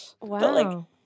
Wow